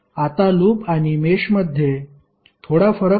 आता लूप आणि मेषमध्ये थोडा फरक आहे